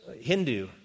Hindu